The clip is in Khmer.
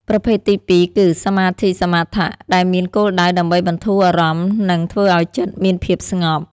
ប្រភេទទីពីរគឺ សមាធិសមថៈ ដែលមានគោលដៅដើម្បីបន្ធូរអារម្មណ៍និងធ្វើឱ្យចិត្តមានភាពស្ងប់។